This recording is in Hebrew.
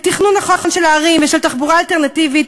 בתכנון נכון של הערים ושל תחבורה אלטרנטיבית